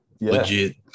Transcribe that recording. legit